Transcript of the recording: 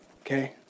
Okay